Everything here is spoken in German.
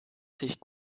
sich